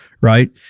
Right